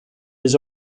his